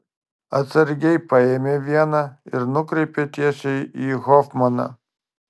atsargiai paėmė vieną ir nukreipė tiesiai į hofmaną